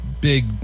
big